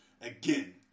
Again